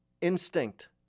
instinct